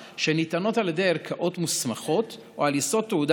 שניתנות על ידי ערכאות מוסמכות או על יסוד תעודה